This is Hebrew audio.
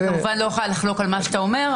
אני לא יכולה לחלוק על מה שאתה אומר,